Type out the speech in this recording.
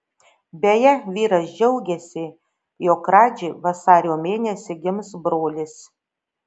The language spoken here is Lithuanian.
beje vyras džiaugėsi jog radži vasario mėnesį gims brolis